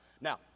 Now